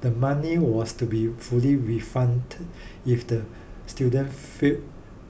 the money was to be fully refunded if the students fail